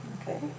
Okay